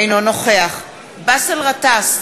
אינו נוכח באסל גטאס,